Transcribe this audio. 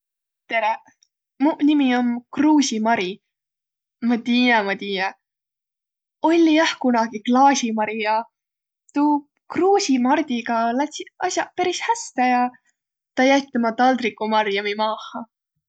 Tereq! Muq nimi om Kruusi Mari. Ma tiiä, ma tiiä – olli jah kunagi Klaasi Mari, a tuu Kruusi Mardiga lätsiq as'aq peris häste ja tä jätt' uma Taldriku Marjami maaha.